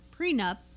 prenup